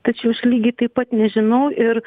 tačiau aš lygiai taip pat nežinau ir